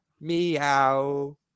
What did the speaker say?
Meow